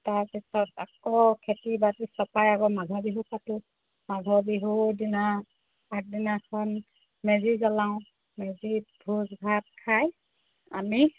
তাৰপিছত আকৌ খেতি বাতি চপাই আকৌ মাঘৰ বিহু পাতোঁ মাঘৰ বিহু দিনা আগদিনাখন মেজি জ্বলাওঁ মেজিত ভোজ ভাত খাই আমি